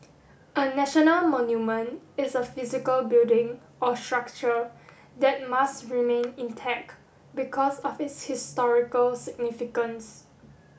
a national monument is a physical building or structure that must remain intact because of its historical significance